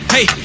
Hey